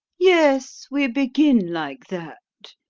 yes, we begin like that.